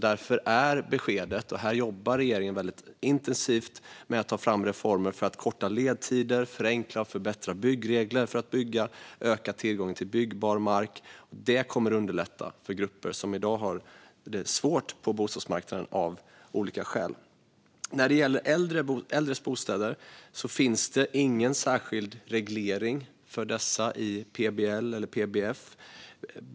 Därför är beskedet att regeringen jobbar väldigt intensivt med att ta fram reformer för att korta ledtider, förenkla och förbättra byggregler och öka tillgången till byggbar mark. Det kommer att underlätta för grupper som i dag har det svårt på bostadsmarknaden av olika skäl. När det gäller äldres bostäder finns det ingen särskild reglering för dessa i PBL eller PBF.